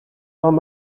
vingts